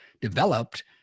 developed